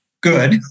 good